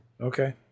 Okay